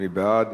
מי בעד?